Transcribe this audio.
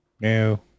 no